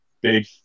big –